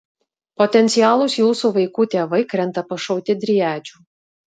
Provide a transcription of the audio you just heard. potencialūs jūsų vaikų tėvai krenta pašauti driadžių